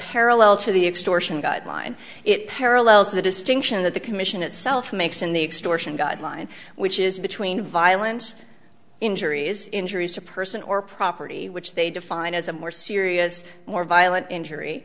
parallel to the extension guideline it parallels the distinction that the commission itself makes in the extension guideline which is between violence injuries injuries to person or property which they define as a more serious more violent injury